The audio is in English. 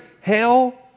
hell